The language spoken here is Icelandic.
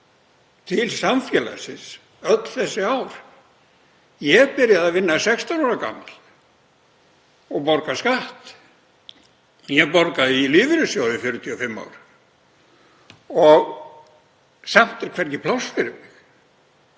til samfélagsins öll þessi ár. Ég byrjaði að vinna 16 ára gamall og borga skatta. Ég borgaði í lífeyrissjóð í 45 ár og samt er hvergi pláss fyrir mig.